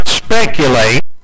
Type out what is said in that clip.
speculate